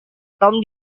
tom